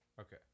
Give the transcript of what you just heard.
Okay